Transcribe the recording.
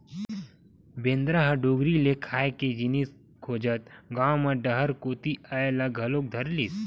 बेंदरा ह डोगरी ले खाए के जिनिस खोजत गाँव म डहर कोती अये ल घलोक धरलिस